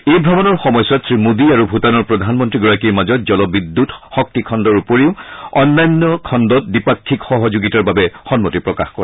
এই ভ্ৰমণৰ সময়ছোৱাত শ্ৰীমোদী আৰু ভূটানৰ প্ৰধানমন্ত্ৰীগৰাকীৰ মাজত জলবিদ্যুৎ শক্তি খণ্ডৰ উপৰি অন্যান্য খণ্ডত দ্বিপাক্ষিক সহযোগিতাৰ বাবে সন্মতি প্ৰকাশ কৰে